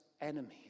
enemies